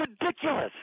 ridiculous